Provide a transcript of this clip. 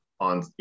on